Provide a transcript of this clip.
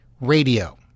radio